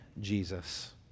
Jesus